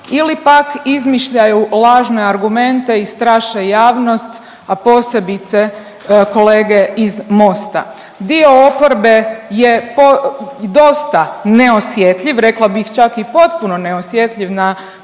ili pak izmišljaju lažne argumente i straše javnost a posebice kolege iz MOST-a. Dio oporbe je dosta neosjetljiv rekla bih čak i potpuno neosjetljiv na